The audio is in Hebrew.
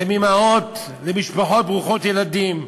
הן אימהות למשפחות ברוכות ילדים.